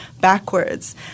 backwards